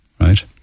right